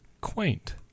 quaint